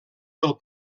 del